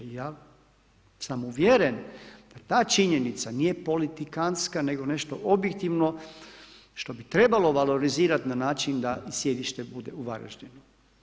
Ja sam uvjeren da ta činjenica nije politikantska, nego nešto objektivno što bi trebalo valorizirat na način da i sjedište bude u Varaždinu.